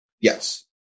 Yes